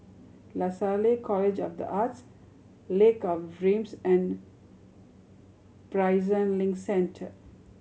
Lasalle College of The Arts Lake of Dreams and Prison Link Centre